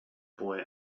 boy